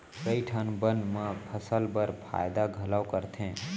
कई ठन बन मन फसल बर फायदा घलौ करथे